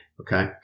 Okay